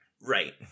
right